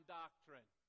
doctrine